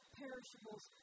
perishables